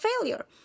failure